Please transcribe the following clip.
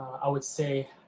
i would say,